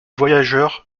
voyageurs